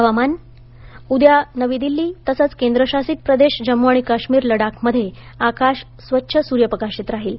हवामान उद्या नवी दिल्ली तसंच केंद्रशासित प्रदेश जम्मू आणि काश्मीर लडाखमध्ये आकाश स्वच्छ सुर्यप्रकाशित राहील